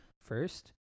first